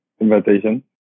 invitation